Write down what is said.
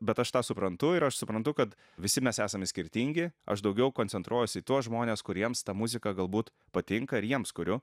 bet aš tą suprantu ir aš suprantu kad visi mes esame skirtingi aš daugiau koncentruojuosi į tuos žmones kuriems ta muzika galbūt patinka ir jiems kuriu